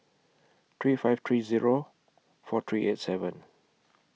three five three Zero four three eight seven